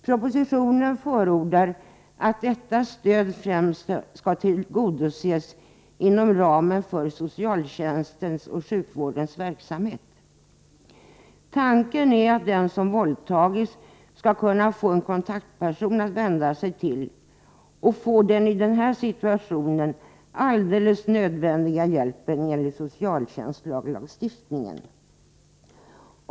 Propositionen förordar att detta stöd främst skall tillgodoses inom ramen för socialtjänstens och sjukvårdens verksamhet. Tanken är att den som våldtagits skall kunna få en kontaktperson att vända sig till och få den i denna situation alldeles nödvändiga hjälpen enligt socialtjänstlagstiftningen.